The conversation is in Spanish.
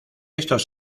estos